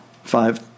Five